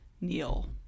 Neil